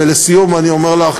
ולסיום אני אומר לך,